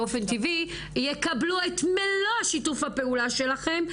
באופן טבעי, יקבלו את מלוא שיתוף הפעולה שלכם.